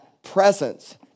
presence